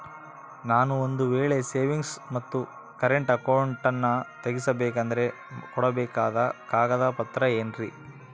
ನಾನು ಒಂದು ವೇಳೆ ಸೇವಿಂಗ್ಸ್ ಮತ್ತ ಕರೆಂಟ್ ಅಕೌಂಟನ್ನ ತೆಗಿಸಬೇಕಂದರ ಕೊಡಬೇಕಾದ ಕಾಗದ ಪತ್ರ ಏನ್ರಿ?